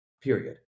period